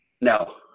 No